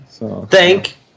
Thank